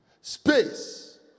Space